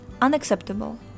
unacceptable